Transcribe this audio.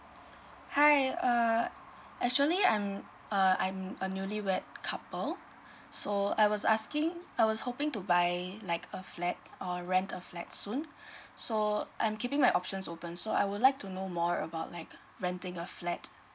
hi err actually I'm a I'm a newly wed couple so I was asking I was hoping to buy like a flat or rent a flat soon so I'm keeping my options open so I would like to know more about like renting a flat